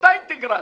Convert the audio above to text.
אותה אינטגרציה,